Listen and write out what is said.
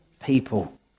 people